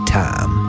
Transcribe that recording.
time